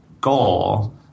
goal